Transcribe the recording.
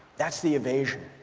that's the evasion.